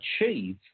achieve